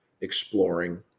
exploring